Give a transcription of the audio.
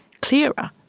clearer